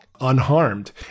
unharmed